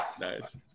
Nice